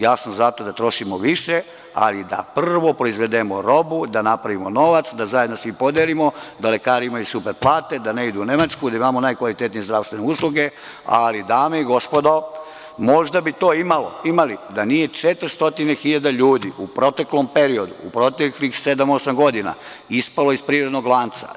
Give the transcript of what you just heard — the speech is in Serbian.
Ja sam zato da trošimo više, ali da prvo proizvedemo robu, da napravimo novac, da zajedno svi podelimo, da lekari imaju super plate, da ne idu u Nemačku, da imamo najkvalitetnije zdravstvene usluge, ali, dame i gospodo, možda bi to imali da nije 400 hiljada ljudi u proteklom periodu, u proteklih sedam, osam godina ispalo iz privrednog landa.